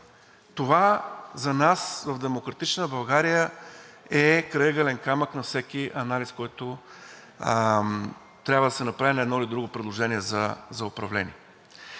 Това за нас в „Демократична България“ е крайъгълен камък на всеки анализ, който трябва да се направи на едно или друго предложение за управление.